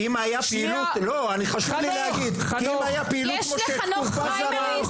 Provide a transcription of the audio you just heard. לא חשוב לי להגיד, אם הייתה פעילות